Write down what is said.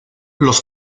los